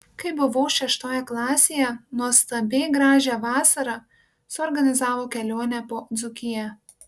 kai buvau šeštoje klasėje nuostabiai gražią vasarą suorganizavo kelionę po dzūkiją